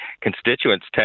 constituents